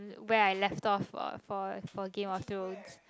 where I left off for for for Game-of-Thrones